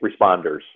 responders